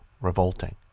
Revolting